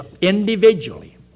individually